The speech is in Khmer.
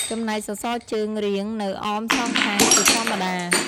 ចំណែកសសរជើងរៀងនៅអមសងខាងជាធម្មតា។